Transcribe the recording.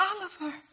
Oliver